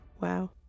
wow